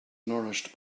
nourished